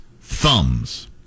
thumbs